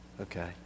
Okay